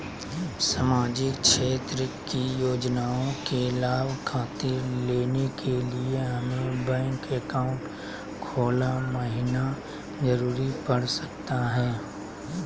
सामाजिक क्षेत्र की योजनाओं के लाभ खातिर लेने के लिए हमें बैंक अकाउंट खोला महिना जरूरी पड़ सकता है?